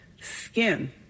skin